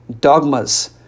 dogmas